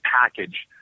package